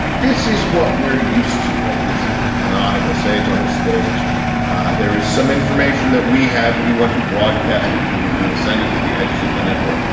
this is what we're used to, right? this is canonical sage on the stage there is some information that we have and we want to broadcast it to you, we will send it to the edges of the network.